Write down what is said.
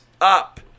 up